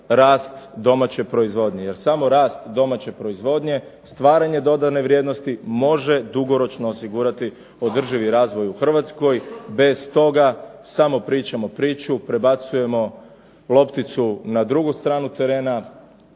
rast domaće proizvodnje. Jer samo rast domaće proizvodnje, stvaranje dodatne vrijednosti može osigurati dugoročno održivi razvoj u Hrvatskoj. Bez toga samo pričamo priču, prebacujemo lopticu na drugu stranu terena,